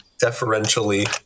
deferentially